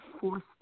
forced